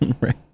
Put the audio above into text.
Right